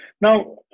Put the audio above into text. Now